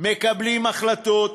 מקבלים החלטות,